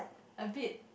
a bit